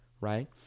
right